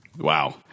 Wow